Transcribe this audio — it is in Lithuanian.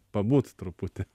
pabūt truputį